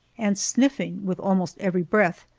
and sniffing with almost every breath,